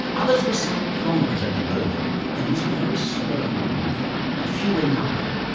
others were somewhat longer than an oval, and these were very slow a-moving, and few in number.